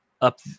up